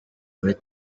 muri